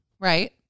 Right